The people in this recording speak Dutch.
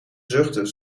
zuchten